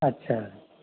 अच्छा